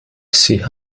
sie